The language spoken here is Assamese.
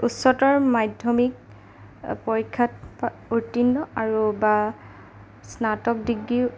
উচ্চতৰ মাধ্যমিক পৰীক্ষাত উত্তীৰ্ণ আৰু বা স্নাতক ডিগ্ৰী